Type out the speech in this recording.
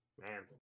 Man